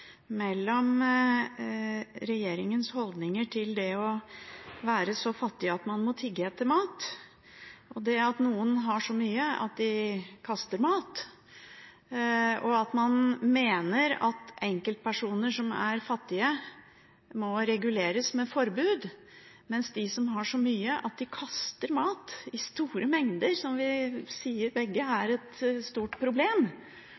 mellom regjeringens holdninger til det å være så fattig at man må tigge etter mat, og det at noen har så mye at de kaster mat, og at man mener at enkeltpersoner som er fattige, må reguleres med forbud, men de som har så mye at de kaster mat – i store mengder, som vi begge sier er et stort problem